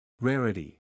Rarity